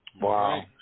Wow